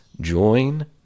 Join